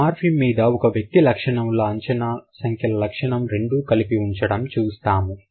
ఒక మార్ఫిమ్ మీద ఒక వ్యక్తి లక్షణము సంఖ్యల లక్షణము రెండు కలిపి ఉండడం చూస్తాం